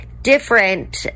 Different